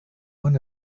one